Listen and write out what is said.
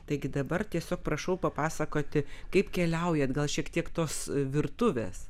taigi dabar tiesiog prašau papasakoti kaip keliaujat gal šiek tiek tos virtuvės